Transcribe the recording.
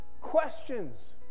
questions